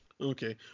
Okay